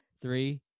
three